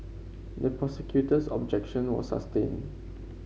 the prosecutor's objection was sustained